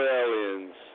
aliens